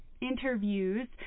interviews